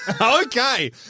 Okay